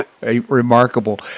remarkable